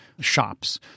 Shops